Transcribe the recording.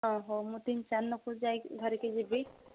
ହଁ ହଉ ମୁଁ ତିନି ଚାର ଲୋକକୁ ଯାଇ ଧରିକି ଯିବି